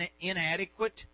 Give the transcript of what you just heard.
inadequate